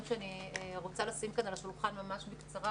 שאני רוצה לשים כאן על השולחן ממש בקצרה